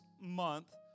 month